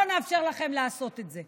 לא נאפשר לכם לעשות את זה.